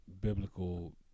biblical